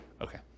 Okay